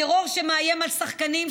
טרור שמאיים על שחקנים,